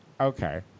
Okay